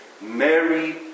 Mary